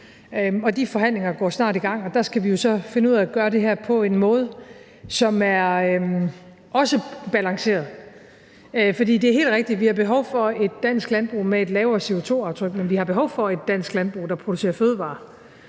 De forhandlinger går snart i gang, og der skal vi jo så finde ud af at gøre det her på en måde, som også er balanceret. For det er helt rigtigt, at vi har behov for et Dansk Landbrug med et lavere CO2-aftryk, men vi har også behov for et Dansk Landbrug, der producerer fødevarer,